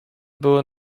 były